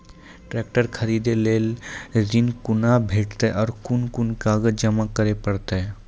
Tractor खरीदै लेल ऋण कुना भेंटते और कुन कुन कागजात जमा करै परतै?